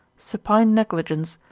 supine negligence,